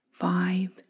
vibe